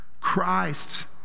Christ